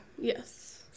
Yes